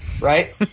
right